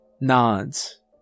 nods